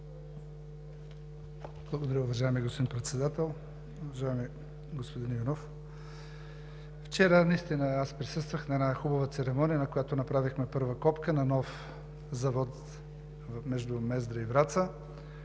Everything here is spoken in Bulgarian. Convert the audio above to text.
Благодаря Ви, уважаеми господин Председател. Уважаеми господин Иванов, вчера присъствах на една хубава церемония – направихме първа копка на нов завод между Мездра и Враца.